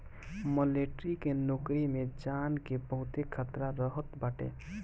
military के नोकरी में जान के बहुते खतरा रहत बाटे